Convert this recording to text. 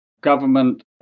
Government